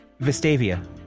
Vestavia